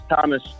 Thomas